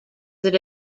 that